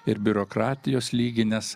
ir biurokratijos lygį nes